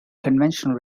conventional